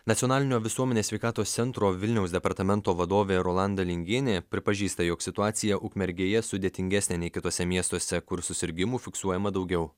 nacionalinio visuomenės sveikatos centro vilniaus departamento vadovė rolanda lingienė pripažįsta jog situacija ukmergėje sudėtingesnė nei kituose miestuose kur susirgimų fiksuojama daugiau